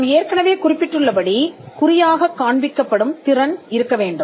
நாம் ஏற்கனவே குறிப்பிட்டுள்ளபடி குறியாகக் காண்பிக்கப்படும் திறன் இருக்க வேண்டும்